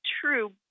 true